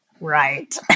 right